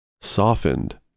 softened